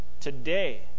Today